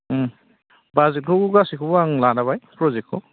उम बाजेटखौबो गासिखौबो आं लाबाय प्र'जेक्टखौ